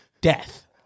death